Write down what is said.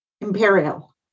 imperial